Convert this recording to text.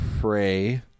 pray